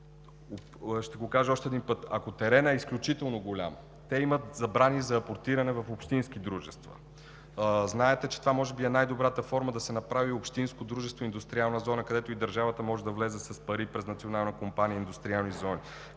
Ще го кажа още един път: ако теренът е изключително голям, те имат забрани за апортиране в общински дружества. Знаете, че това може би е най-добрата форма да се направи общинско дружество индустриална зона, където и държавата може да влезе с пари през „Национална компания индустриални зони“.